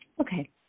Okay